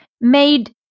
made